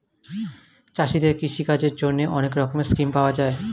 চাষীদের কৃষি কাজের জন্যে অনেক রকমের স্কিম পাওয়া যায়